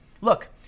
Look